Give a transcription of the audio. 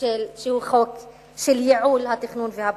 שהוא חוק של ייעול התכנון והבנייה.